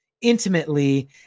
intimately